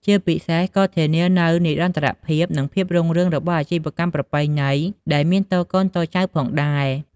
ជាពិសេស ក៏ធានានូវនិរន្តរភាព និងភាពរុងរឿងរបស់អាជីវកម្មប្រពៃណីដែលមានតកូនតចៅផងដែរ។